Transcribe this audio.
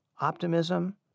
optimism